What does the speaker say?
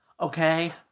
okay